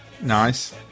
Nice